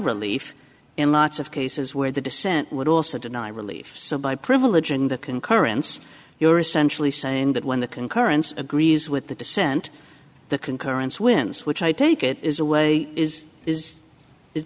relief in lots of cases where the dissent would also deny relief so by privilege in the concurrence you're essentially saying that when the concurrence agrees with the dissent the concurrence wins which i take it is a way is is is